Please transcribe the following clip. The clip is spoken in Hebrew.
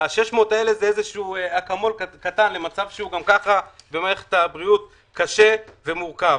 ה-600 האלה זה מין אקמול קטן למצב שגם כך במערכת הבריאות קשה ומורכב.